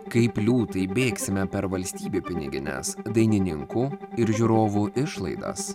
kaip liūtai bėgsime per valstybių pinigines dainininkų ir žiūrovų išlaidas